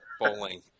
bowling